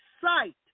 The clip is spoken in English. sight